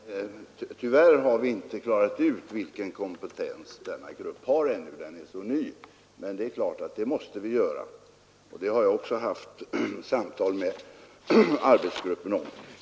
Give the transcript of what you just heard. Herr talman! Tyvärr har vi inte klarat ut vilken kompetens denna grupp har ännu — den är ju så ny — men det är klart att vi måste göra det. Detta har jag också haft samtal med arbetsgruppen om.